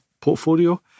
portfolio